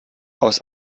aus